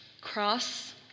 Cross